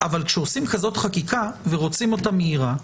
אבל כשעושים כזאת חקיקה ורוצים אותה מהירה,